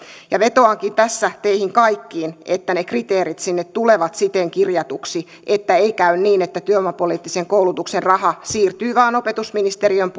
ja vetoankin tässä teihin kaikkiin että ne kriteerit sinne tulevat siten kirjatuiksi että ei käy niin että työvoimapoliittisen koulutuksen raha vain siirtyy opetusministeriön